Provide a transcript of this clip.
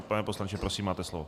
Pane poslanče, prosím, máte slovo.